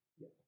Yes